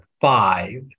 five